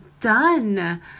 done